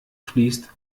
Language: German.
fließt